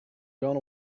gone